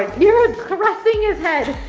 you're ah caressing his head.